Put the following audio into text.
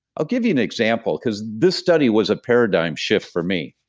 i'll give you an example, because this study was a paradigm shift for me,